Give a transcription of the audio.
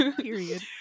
period